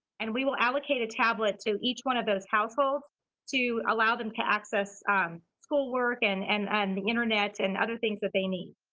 and we will allocate a tablet to each one of those households to allow them to access schoolwork and and and the internet and other things that they need.